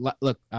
Look